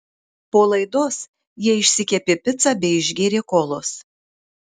po laidos jie išsikepė picą bei išgėrė kolos